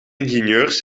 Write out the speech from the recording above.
ingenieurs